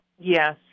Yes